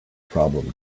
problem